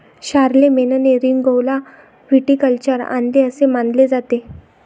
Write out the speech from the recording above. शारलेमेनने रिंगौला व्हिटिकल्चर आणले असे मानले जाते